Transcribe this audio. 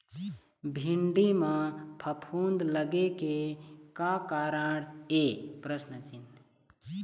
भिंडी म फफूंद लगे के का कारण ये?